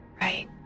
Right